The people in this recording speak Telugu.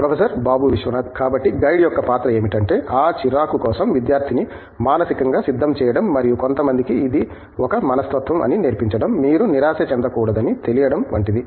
ప్రొఫెసర్ బాబు విశ్వనాథ్ కాబట్టి గైడ్ యొక్క పాత్ర ఏమిటంటే ఆ చిరాకు కోసం విద్యార్థిని మానసికంగా సిద్ధం చేయడం మరియు కొంతమందికి ఇది ఒక మనస్తత్వం అని నేర్పించడం మీరు నిరాశ చెందకూడదని తెలియచేయడం వంటిది